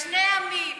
שני עמים.